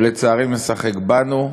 או לצערי משחק בנו,